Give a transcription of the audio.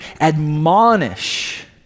admonish